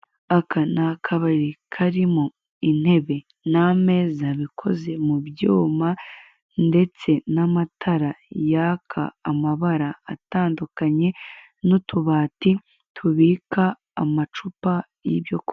Aka ni akabari karimo intebe n'ameza, bikoze mu byuma, ndetse n'amatara yaka amabara atandukanye, n'utubati tubika amacupa y'ibyo kunywa.